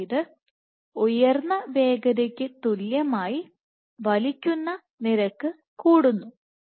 അതിനാൽ ഉയർന്ന വേഗതയ്ക്ക് തുല്യമായി വലിക്കുന്ന നിരക്ക് കൂടുന്നു